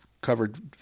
covered